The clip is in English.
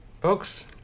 Folks